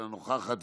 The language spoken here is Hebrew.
אינה נוכחת,